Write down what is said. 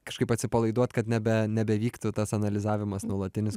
kažkaip atsipalaiduot kad nebe nebevyktų tas analizavimas nuolatinis